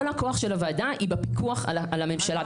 כל הכוח של הוועדה היא בפיקוח על הממשלה,